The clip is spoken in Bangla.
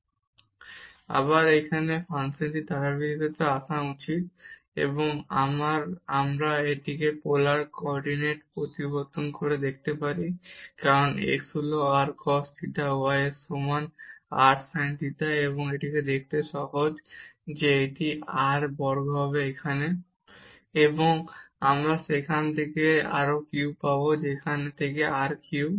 এখন আবার এই ফাংশনের ধারাবাহিকতায় আসা এটা সহজ এবং আমরা এটিকে পোলার করডিনেট পরিবর্তন করে দেখাতে পারি কারণ x হল r cos theta y এর সমান r sin theta এবং এটি দেখতে সহজ যে এটি r বর্গ হবে এবং আমরা সেখান থেকে আর কিউব পাবো সেখান থেকে r কিউব